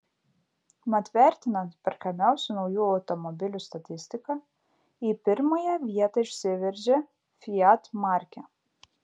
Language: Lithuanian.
mat vertinant perkamiausių naujų automobilių statistiką į pirmąją vietą išsiveržė fiat markė